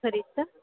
ಸರಿ ಸರ್